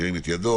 מי נגד?